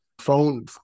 phone